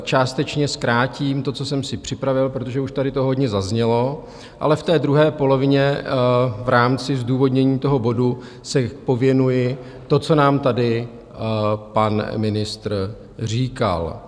Částečně zkrátím to, co jsem si připravil, protože už tady toho hodně zaznělo, ale v druhé polovině v rámci zdůvodnění toho bodu se pověnuji tomu, co nám tady pan ministr říkal.